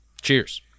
Cheers